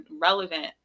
relevant